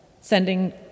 sending